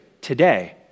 today